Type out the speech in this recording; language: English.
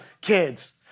kids